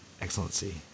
Excellency